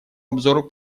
обзору